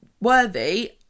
Worthy